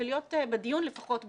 ולהיות בדיון לפחות ב"זום".